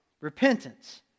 repentance